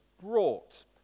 brought